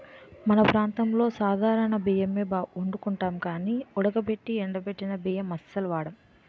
మన ప్రాంతంలో సాధారణ బియ్యమే ఒండుకుంటాం గానీ ఉడకబెట్టి ఎండబెట్టిన బియ్యం అస్సలు వాడం